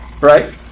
Right